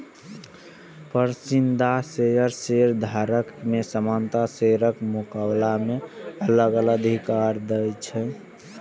पसंदीदा शेयर शेयरधारक कें सामान्य शेयरक मुकाबला मे अलग अलग अधिकार दै छै